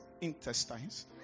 intestines